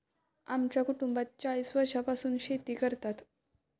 आमच्या कुटुंबात चाळीस वर्षांपासून शेती करतात